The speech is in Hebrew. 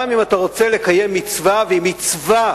גם אם אתה רוצה לקיים מצווה, ומצווה